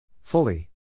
Fully